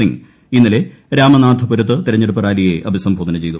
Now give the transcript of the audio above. സിംഗ് ഇന്നലെ രാമനാഥപുരത്ത് തെരഞ്ഞെടുപ്പ് റാലിയെ അഭിസംബോധന ചെയ്തു